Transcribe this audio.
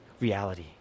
reality